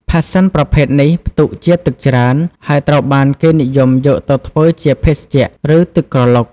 ផាសសិនប្រភេទនេះផ្ទុកជាតិទឹកច្រើន ហើយត្រូវបានគេនិយមយកទៅធ្វើជាភេសជ្ជៈ ឬទឹកក្រឡុក។